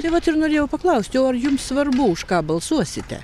tai vat ir norėjau paklausti o ar jums svarbu už ką balsuosite